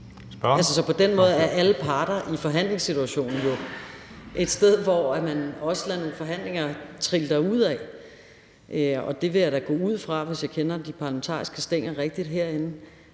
På den måde er alle parter i forhandlingssituationen jo et sted, hvor man også lader nogle forhandlinger trille derudad, og det vil jeg da gå ud fra, hvis jeg kender de parlamentariske stænger herinde